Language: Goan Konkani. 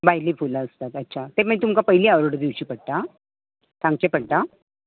भायलीं फुलां आसतात अच्छा ते मागीर तुमकां पयलीं ऑर्डर दिवची पडटा सांगचें पडटा